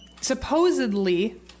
supposedly